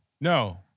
No